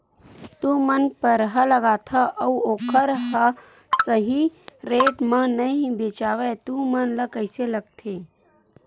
तू मन परहा लगाथव अउ ओखर हा सही रेट मा नई बेचवाए तू मन ला कइसे लगथे?